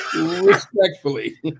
Respectfully